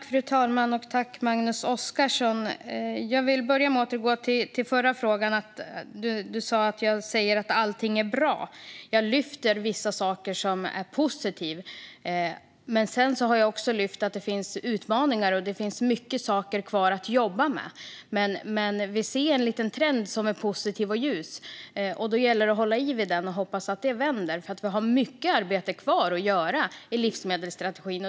Fru talman! Jag vill börja med att återgå till den förra frågan. Du sa, Magnus Oscarsson, att jag säger att allting är bra. Jag lyfter fram vissa saker som är positiva, men jag har också sagt att det finns utmaningar och mycket kvar att jobba med. Men vi ser en trend som är lite positiv och ljus. Då gäller det att hålla i den och hoppas att det vänder, för vi har mycket arbete kvar att göra utifrån livsmedelsstrategin.